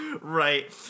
Right